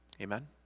Amen